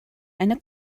eine